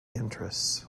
interests